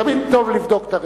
תמיד טוב לבדוק את הרשת.